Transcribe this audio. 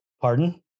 Pardon